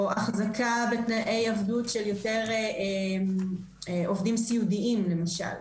או החזקה בתנאי עבדות של יותר עובדים סיעודיים למשל.